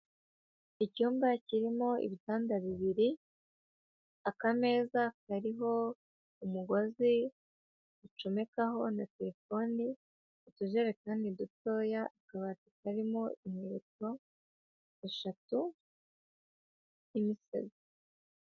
Icyumba kirimo ibitanda bibiri, akameza hariho umugozi, ucomekaho na terefone, utujerekani dutoya, akabati karimo inkweto eshatu, n'imisego.